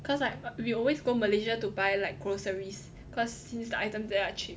cause like we always go Malaysia to buy like groceries cause since the items there are cheap